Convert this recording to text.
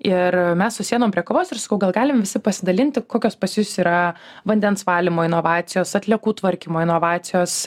ir mes susėdom prie kavos ir sakau gal galim visi pasidalinti kokios pas jus yra vandens valymo inovacijos atliekų tvarkymo inovacijos